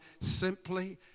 Simply